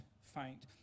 faint